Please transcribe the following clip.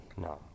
No